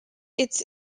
its